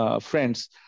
friends